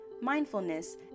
mindfulness